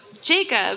Jacob